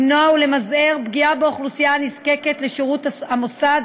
למנוע ולמזער פגיעה באוכלוסייה הנזקקת לשירות המוסד